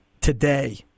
today